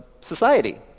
society